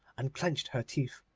and clenched her teeth.